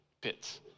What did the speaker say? pits